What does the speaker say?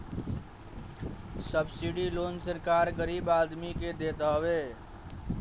subsidy loan सरकार गरीब आदमी के देत हवे